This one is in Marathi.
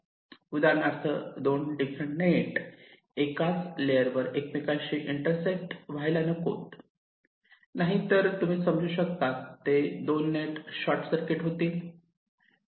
उदाहरणार्थ 2 डिफरंट नेट एकाच लेअर वर एकमेकांशी इंटरसेक्ट व्हायला नको नाहीतर तुम्ही समजू शकतात ते 2 नेट शॉर्ट सर्किट होतील